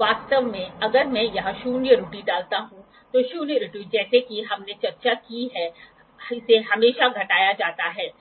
वास्तव में अगर मैं यहां शून्य त्रुटि डालता हूं तो शून्य त्रुटि जैसा कि हमने चर्चा की है इसे हमेशा घटाया जाता है